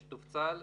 בשיתוף צה"ל,